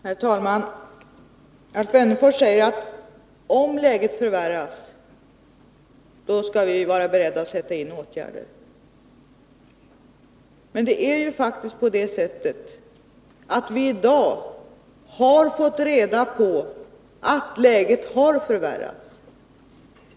Herr talman! Alf Wennerfors säger, att om läget förvärras, skall vi vara beredda att sätta in åtgärder. Men det är ju faktiskt så, att vi i dag har fått reda på att läget har förvärrats.